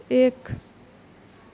एक